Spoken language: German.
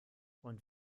und